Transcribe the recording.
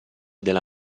della